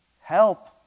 Help